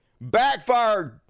backfired